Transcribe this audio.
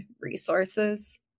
resources